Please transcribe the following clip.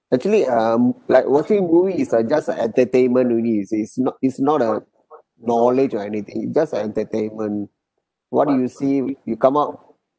actually um like watching movie is like just a entertainment only you see it's not it's not a knowledge or anything it just a entertainment what you see you come up